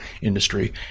industry